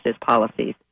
policies